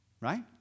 right